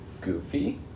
goofy